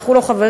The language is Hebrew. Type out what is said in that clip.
אנחנו לא חברים,